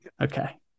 Okay